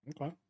Okay